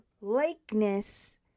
likeness